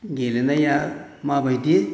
गेलेनाया माबायदि